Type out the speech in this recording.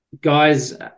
Guys